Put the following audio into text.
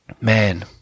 Man